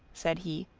said he,